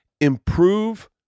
improve